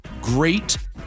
great